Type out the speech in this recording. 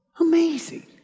Amazing